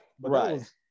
right